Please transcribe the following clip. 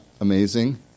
amazing